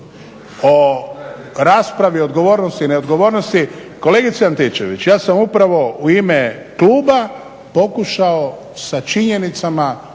O raspravi o odgovornosti, neodgovornosti. Kolegice Antičević, ja sam upravo u ime kluba pokušao sa činjenicama